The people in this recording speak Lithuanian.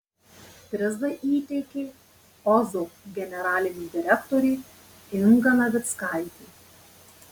prizą įteikė ozo generalinė direktorė inga navickaitė